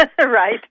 Right